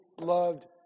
loved